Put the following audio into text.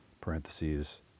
Parentheses